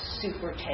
super